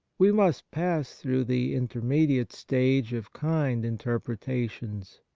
we must pass through the intermediate stage of kind interpreta tions.